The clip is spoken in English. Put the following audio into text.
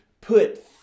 put